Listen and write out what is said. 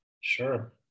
Sure